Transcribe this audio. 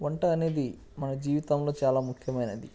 వంట అనేది మన జీవితంలో చాలా ముఖ్యమైనది